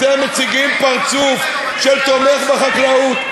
אתם מציגים פרצוף שתומך בחקלאות.